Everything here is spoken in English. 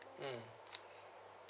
mm